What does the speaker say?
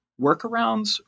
workarounds